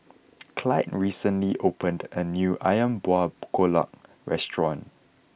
Clide recently opened a new Ayam Buah Keluak Restaurant